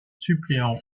suppléant